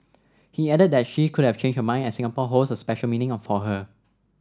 he added that she could have changed her mind as Singapore holds a special meaning for her